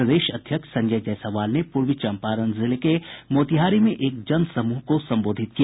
प्रदेश अध्यक्ष संजय जायसवाल ने पूर्वी चंपारण जिले के मोतिहारी मे एक जनसमूह को संबोधित किया